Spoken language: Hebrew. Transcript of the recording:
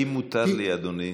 אם מותר לי, אדוני.